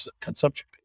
consumption